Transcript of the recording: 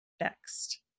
next